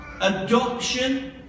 adoption